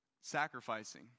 Sacrificing